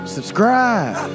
Subscribe